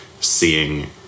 seeing